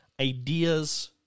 ideas